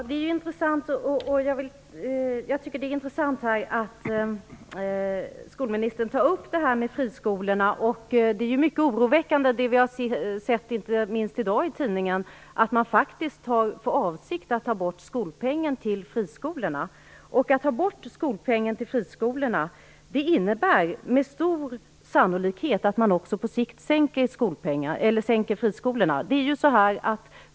Herr talman! Det är intressant att skolministern tar upp frågan om friskolorna. Det vi har sett i tidningarna, inte minst i dag, är mycket oroväckande, dvs. att man faktiskt har för avsikt att ta bort skolpengen till friskolorna. Att ta bort skolpengen till friskolorna innebär med stor sannolikheten att man också på sikt sänker friskolorna.